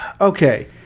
Okay